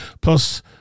plus